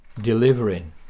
delivering